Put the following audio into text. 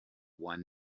one